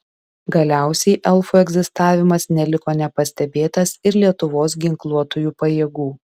galiausiai elfų egzistavimas neliko nepastebėtas ir lietuvos ginkluotųjų pajėgų